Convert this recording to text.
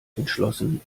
entschlossen